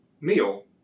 meal